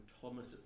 Thomas